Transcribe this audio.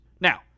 Now